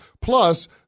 Plus